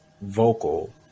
vocal